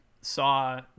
saw